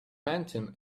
panting